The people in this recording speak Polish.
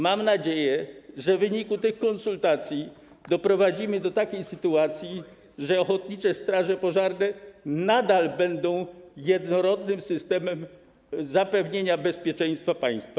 Mam nadzieję, że w wyniku tych konsultacji doprowadzimy do takiej sytuacji, że ochotnicze straże pożarne nadal będą jednorodnym systemem zapewnienia bezpieczeństwa państwa.